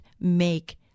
make